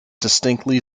distinctly